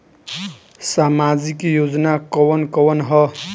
सामाजिक योजना कवन कवन ह?